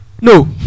no